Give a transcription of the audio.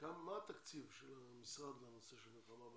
מה התקציב של המשרד לנושא של מלחמה באנטישמיות?